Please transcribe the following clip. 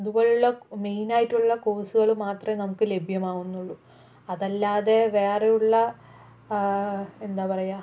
ഇതുപോലെയുള്ള മെയിനായിട്ടുള്ള കോഴ്സുകൾ മാത്രമേ നമുക്ക് ലഭ്യമാകുന്നുള്ളൂ അതല്ലാതെ വേറെയുള്ള എന്താ പറയുക